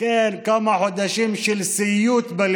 לא שנה ולא קיץ.